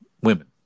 Women